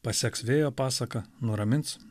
paseks vėjo pasaką nuramins